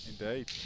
indeed